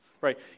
Right